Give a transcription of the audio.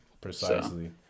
Precisely